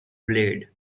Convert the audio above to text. blade